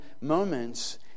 moments